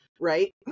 right